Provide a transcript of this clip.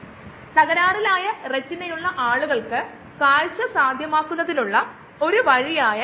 അങ്ങനെ നമുക്ക് ബയോറിയാക്ടർ ഉപയോഗിക്കാനും കളയാനും കഴിയുമെങ്കിൽ അത്തരം പ്രവർത്തനങ്ങൾ ഗണ്യമായി ലളിതമാകും